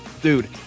dude